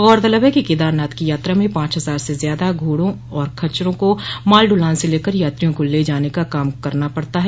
गौरतलब है कि केदारनाथ की यात्रा में पांच हजार से ज्यादा घोड़ा खच्चर माल दुलान से लेकर यात्रियों को ले जाने का काम करते हैं